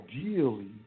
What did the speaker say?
ideally